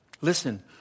Listen